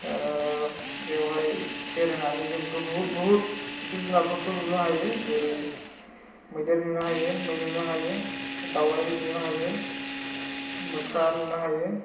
बेवहाय बेरायनानै जोंथ' बहुद बहुद जिब जुनारफोरखौ नुनो हायो जेरै मैदेर नुनो हायो मै नुनो हायो दावराइ नुनो हायो मोख्रा नुनो हायो